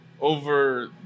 Over